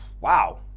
wow